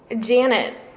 Janet